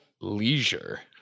leisure